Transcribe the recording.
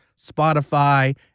Spotify